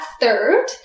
third